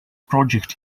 project